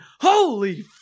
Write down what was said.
holy